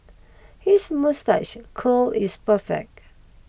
his moustache curl is perfect